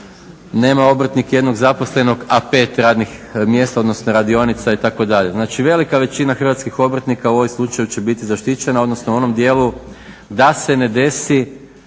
nema obrtnik jednog zaposlenog a 5 radnih mjesta, odnosno radionica itd. Znači velika većina hrvatskih obrtnika u ovom slučaju će biti zaštićena, odnosno u onom dijelu da se ne desi,